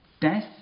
Death